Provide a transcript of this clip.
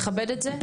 אני אכבד את זה,